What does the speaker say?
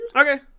okay